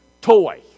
toy